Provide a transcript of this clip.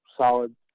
solid